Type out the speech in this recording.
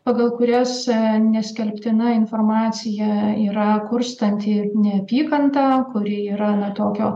pagal kurias neskelbtina informacija yra kurstanti neapykantą kuri yra na tokio